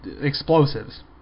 explosives